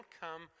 come